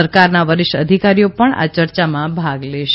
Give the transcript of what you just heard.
સરકારના વરિષ્ઠ અધિકારીઓ પણ ચર્ચામાં ભાગ લેશે